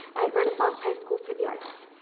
at renaissance high school for the arts.